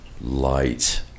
light